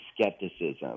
skepticism